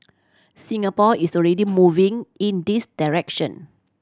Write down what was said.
Singapore is already moving in this direction